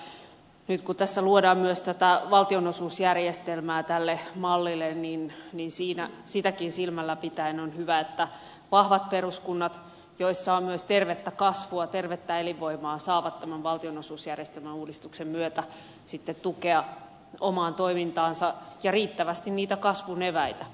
nyt kun tässä luodaan myös tätä valtionosuusjärjestelmää tälle mallille niin sitäkin silmällä pitäen on hyvä että vahvat peruskunnat joissa on myös tervettä kasvua tervettä elinvoimaa saavat tämän valtionosuusjärjestelmän uudistuksen myötä sitten tukea omaan toimintaansa ja riittävästi niitä kasvun eväitä